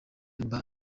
mba